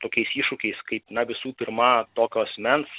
tokiais iššūkiais kaip na visų pirma tokio asmens